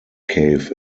cave